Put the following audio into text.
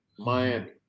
Miami